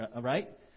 right